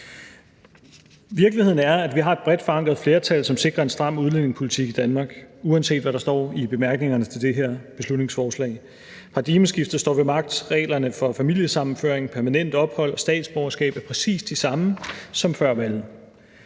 Virkeligheden er, at vi har et bredt forankret flertal, som sikrer en stram udlændingepolitik i Danmark, uanset hvad der står i bemærkningerne til det her beslutningsforslag. Paradigmeskiftet står ved magt. Reglerne for familiesammenføring, for permanent ophold og statsborgerskab er præcis de samme som før valget.